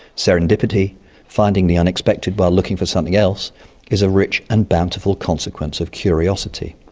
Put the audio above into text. serendipity finding the unexpected while looking for something else is a rich and bountiful consequence of curiosity.